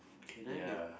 okay then like